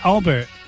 Albert